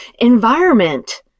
environment